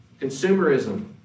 consumerism